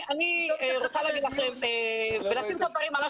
אני חייבת לומר שגם למורים לא היה פתרון